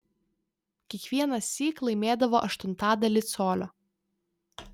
kiekvienąsyk laimėdavo aštuntadalį colio